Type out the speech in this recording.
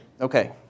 okay